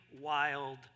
wild